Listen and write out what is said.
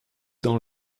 dans